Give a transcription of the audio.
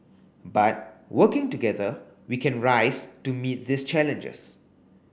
but working together we can rise to meet these challenges